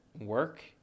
work